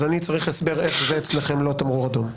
אז אני צריך הסבר איך זה לא תמרור אדום אצלכם.